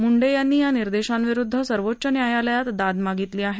मुंडे यांनी या निर्देशांविरुद्ध सर्वोच्च न्यायालयात दाद मागितली आहे